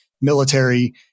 military